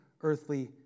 earthly